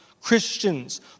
Christians